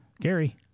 gary